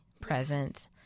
present